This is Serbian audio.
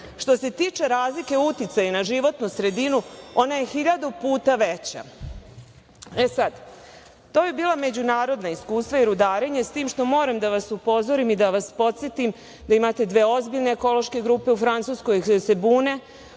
se tiče razlike u uticaju na životnu sredinu, ona je hiljadu puta veća. To bi bila međunarodna iskustva i rudarenje, s tim što moram da vas upozorim i podsetim da imate dve ozbiljne ekološke grupe u Francuskoj koje se bune.